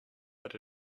but